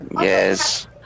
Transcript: yes